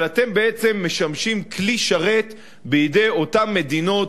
אבל אתם בעצם משמשים כלי שרת בידי אותן מדינות